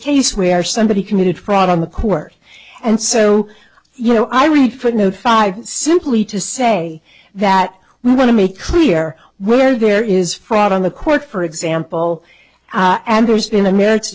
case where somebody committed fraud on the court and so you know i read footnote five simply to say that we want to make clear where there is fraud on the court for example and there's been a m